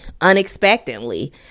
unexpectedly